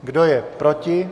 Kdo je proti?